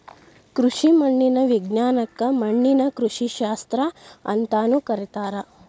ಕೃಷಿ ಮಣ್ಣಿನ ವಿಜ್ಞಾನಕ್ಕ ಮಣ್ಣಿನ ಕೃಷಿಶಾಸ್ತ್ರ ಅಂತಾನೂ ಕರೇತಾರ